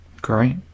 great